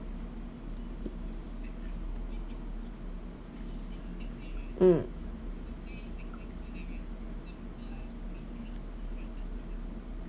mm